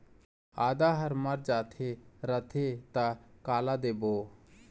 आदा हर मर जाथे रथे त काला देबो?